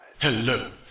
Hello